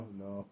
no